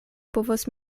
povos